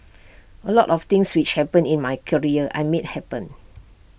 A lot of things which happened in my career I made happen